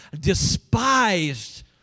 despised